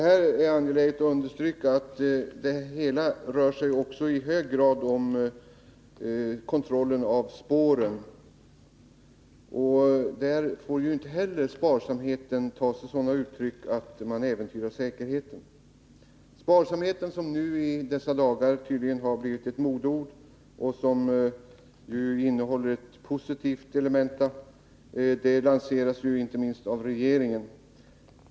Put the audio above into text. Jag är angelägen att understryka att det också i hög grad rör sig om kontrollen av spåren. Inte heller där får sparsamheten ta sig sådana uttryck att man äventyrar säkerheten. Sparsamheten, som i dessa dagar tydligen har blivit ett modeord och som ju innehåller ett positivt element, lanseras inte minst av regeringen.